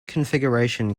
configuration